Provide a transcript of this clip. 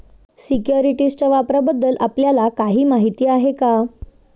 सिक्युरिटीजच्या व्यापाराबद्दल आपल्याला काही माहिती आहे का?